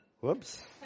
Whoops